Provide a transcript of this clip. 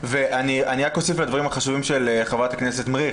אני רק אוסיף לדברים החשובים של חברת הכנסת מריח